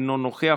אינו נוכח,